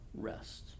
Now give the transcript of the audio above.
Rest